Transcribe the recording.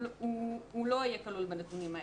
הוא לא יהיה כלול בנתונים האלה.